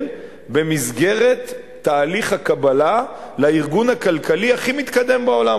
במסגרת תהליך הקבלה לארגון הכלכלי הכי מתקדם בעולם,